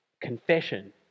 Confession